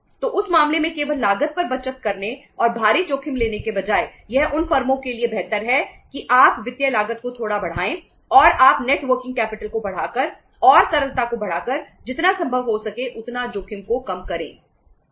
तो उस मामले में केवल लागत पर बचत करने और भारी जोखिम लेने के बजाय यह उन फर्मों के लिए बेहतर है कि आप वित्तीय लागत को थोड़ा बढ़ाएं और आप नेट वर्किंग कैपिटल को बढ़ाकर और तरलता को बढ़ाकर जितना संभव हो सके उतना जोखिम को कम करें सही है